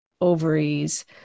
ovaries